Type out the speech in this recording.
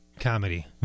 comedy